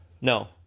No